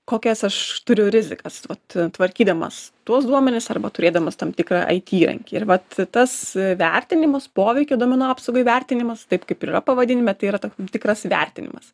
kokias aš turiu rizikas vat tvarkydamas tuos duomenis arba turėdamas tam tikrą it įrankį ir vat tas vertinimas poveikio duomenų apsaugai vertinimas taip kaip ir yra pavadinime tai yra tam tikras įvertinimas